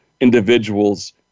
individuals